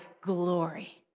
glory